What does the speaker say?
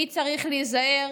מי צריך להיזהר